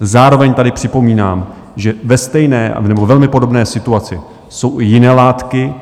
Zároveň tady připomínám, že ve stejné nebo velmi podobné situaci jsou i jiné látky.